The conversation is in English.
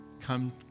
Come